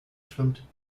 schwimmt